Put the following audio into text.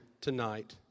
tonight